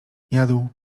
jadł